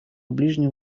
ближнем